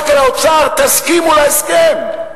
רק האוצר, תסכימו להסכם.